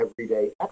everyday